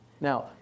Now